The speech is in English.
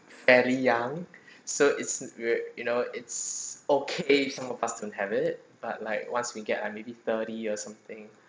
fairly young so it's you know it's okay some of us don't have it but like once we get uh maybe thirty or something